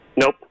Nope